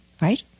right